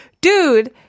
dude